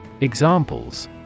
Examples